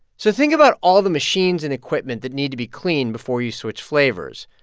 so think about all the machines and equipment that need to be cleaned before you switch flavors.